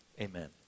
Amen